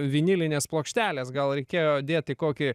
vinilinės plokštelės gal reikėjo dėt į kokį